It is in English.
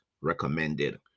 recommended